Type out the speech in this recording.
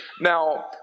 Now